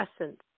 essence